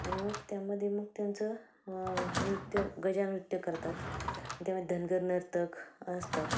आणि मग त्यामध्ये मग त्यांचं नृत्य गजानृत्य करतात त्यामध्ये धनगर नर्तक असतात